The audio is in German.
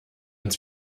uns